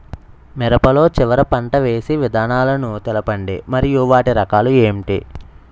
మిరప లో చివర పంట వేసి విధానాలను తెలపండి మరియు వాటి రకాలు ఏంటి